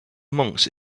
monks